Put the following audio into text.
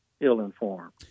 ill-informed